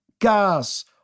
gas